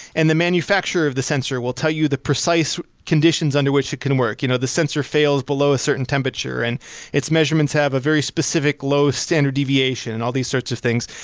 and the manufacturer of the sensor will tell you the precise conditions under which it can work. you know the sensor fails below a certain temperature and its measurements have a very specific low standard deviation and all these sorts of things.